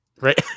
Right